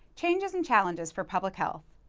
changes and challenges for public health.